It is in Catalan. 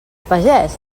pagès